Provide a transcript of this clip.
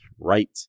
Right